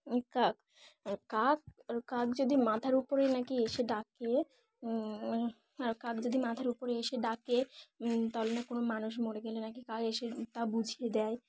কাক আর কাক আর কাক যদি মাথার উপরে নাকি এসে ডাকে আর কাক যদি মাথার উপরে এসে ডাকে তাহলে না কোনো মানুষ মরে গেলে নাকি কাক এসে তা বুঝিয়ে দেয়